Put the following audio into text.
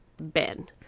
Ben